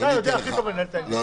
אתה יודע הכי טוב לנהל את העניינים.